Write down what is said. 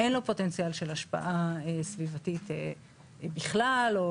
אין לו פוטנציאל של השפעה סביבתית בכלל או